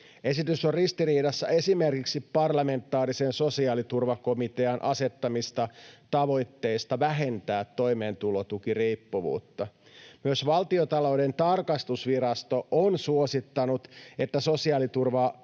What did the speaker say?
Esitys on ristiriidassa esimerkiksi parlamentaarisen sosiaaliturvakomitean asettamista tavoitteista vähentää toimeentulotukiriippuvuutta. Myös Valtiontalouden tarkastusvirasto on suosittanut, että sosiaaliturvauudistuksen